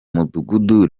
mudugudu